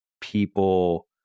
people